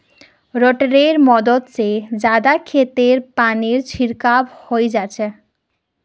रोटेटरैर मदद से जादा क्षेत्रत पानीर छिड़काव हैंय जाच्छे